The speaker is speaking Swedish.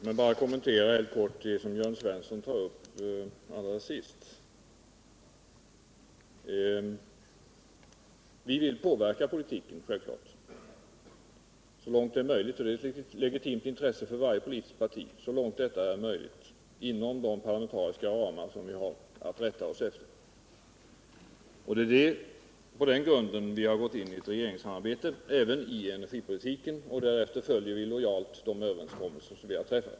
Herr talman! Låt mig bara helt kort få kommentera det som Jörn Svensson tog upp allra sist. Siälvklart vill vi påverka politiken. Så långt det är möjligt är det ett legitimt intresse för varje politiskt parti att göra det inom de parlamentariska ramar som vi har att rätta oss efter. Det är på den grunden vi har gått in i ett regeringssamarbete iäven i encergipolitiken, och därefter följer vi lojalt de överenskommelser som vi har träffat.